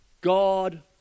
God